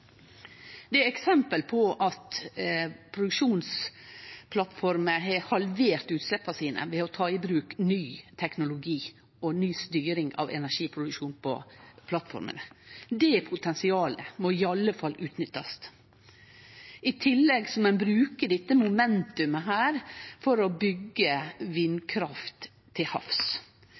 Det er eksempel på at produksjonsplattformer har halvert utsleppa sine ved å ta i bruk ny teknologi og ny styring av energiproduksjonen på plattformene. Det potensialet må i alle fall utnyttast. I tillegg må ein bruke dette momentet for å byggje vindkraft til havs,